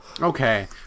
Okay